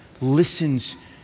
listens